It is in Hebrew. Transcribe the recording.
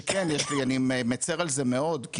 ואני מצר על זה מאוד,